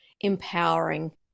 empowering